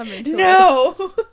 no